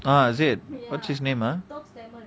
as it what's his name ah